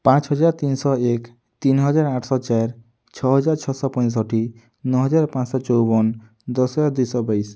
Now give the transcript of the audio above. ପାଞ୍ଚ୍ ହଜାର୍ ତିନିଶ ଏକ୍ ତିନ୍ ହଜାର୍ ଆଠଶ ଚାର୍ ଛଅ ହଜାର୍ ଛଅଶ ପଁଷଠି ନଅ ହଜାର୍ ପାଂଶ ଚଉବନ୍ ଦଶ୍ ହଜାର୍ ଦିଶ ବାଇଶ୍